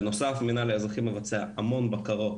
בנוסף, המנהל האזרחי מבצע המון בקרות